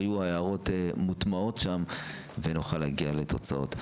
כשההערות יהיו כבר מוטמעות בנוסח ונגיע לתוצאות.